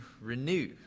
renew